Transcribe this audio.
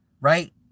right